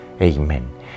Amen